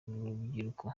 rubyiruko